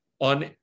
on